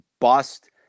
bust